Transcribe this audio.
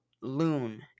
Loon